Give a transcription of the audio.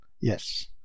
Yes